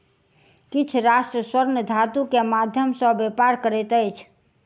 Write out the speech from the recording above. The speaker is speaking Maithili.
किछ राष्ट्र स्वर्ण धातु के माध्यम सॅ व्यापार करैत अछि